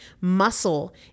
Muscle